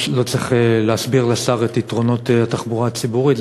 לא צריך להסביר לשר את יתרונות התחבורה הציבורית,